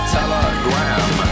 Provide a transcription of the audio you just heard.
Telegram